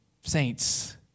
saints